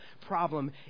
problem